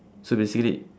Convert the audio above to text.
so basically